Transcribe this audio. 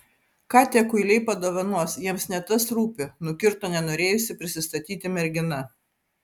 ką tie kuiliai padovanos jiems ne tas rūpi nukirto nenorėjusi prisistatyti mergina